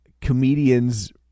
comedians